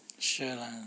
sure lah